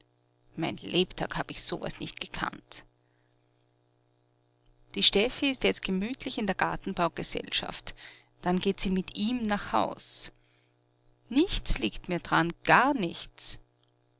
mein lebtag hab ich so was nicht gekannt die steffi ist jetzt gemütlich in der gartenbaugesellschaft dann geht sie mit ihm nach haus nichts liegt mir d'ran gar nichts